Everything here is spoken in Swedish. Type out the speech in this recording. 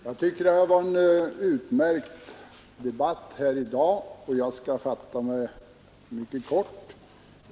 Herr talman! Jag tycker att det i dag har varit en utmärkt debatt, och jag skall fatta mig mycket kort.